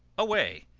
away!